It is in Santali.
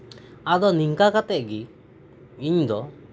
ᱟᱫᱚ ᱱᱚᱝᱠᱟ ᱠᱟᱛᱮ ᱜᱤ ᱤᱧ ᱫᱚ